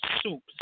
soups